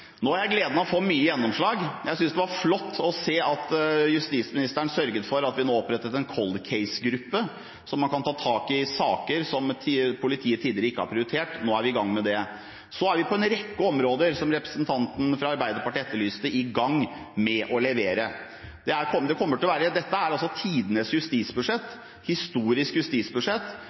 Nå har jeg gleden av å få mye gjennomslag. Jeg syntes det var flott å se at justisministeren sørget for at vi nå opprettet en «cold case»-gruppe, hvor man kan ta tak i saker som politiet tidligere ikke har prioritert. Nå er vi i gang med det. Så er vi på en rekke områder – som representanten fra Arbeiderpartiet etterlyste – i gang med å levere. Dette er tidenes justisbudsjett, et historisk justisbudsjett, og det med «hallelujastemning blant politimestrene» er altså